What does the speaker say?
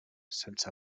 sense